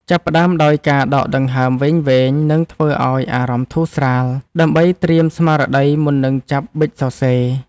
ចាប់ផ្ដើមដោយការដកដង្ហើមវែងៗ និងធ្វើឱ្យអារម្មណ៍ធូរស្រាល ដើម្បីត្រៀមស្មារតីមុននឹងចាប់ប៊ិចសរសេរ។